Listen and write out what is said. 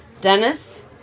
Dennis